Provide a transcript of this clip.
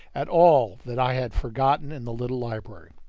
at all that i had forgotten in the little library.